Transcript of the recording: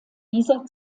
dieser